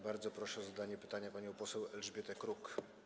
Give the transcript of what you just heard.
Bardzo proszę o zadanie pytania panią poseł Elżbietę Kruk.